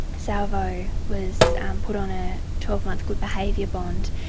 salvo was put on a twelve month good behaviour bond,